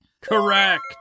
Correct